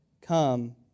come